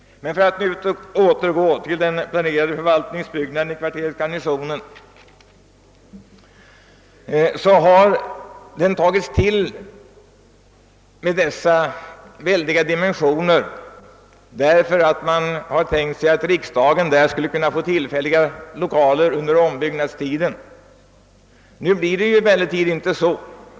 Den planerade förvaltningsbyggnaden 1 kvarteret Garnisonen har fått dessa väldiga dimensioner, därför att man har tänkt sig att riksdagen under ombyggnadstiden där skulle få tillfälliga lokaler. Nu blir det ju emellertid inte så.